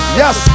yes